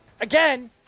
again